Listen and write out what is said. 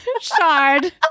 Shard